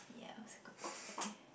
yeah it was a good buffet